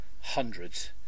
Hundreds